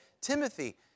Timothy